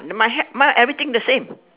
my hat mine everything the same